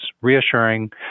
reassuring